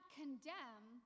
condemn